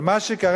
אבל מה שקרה,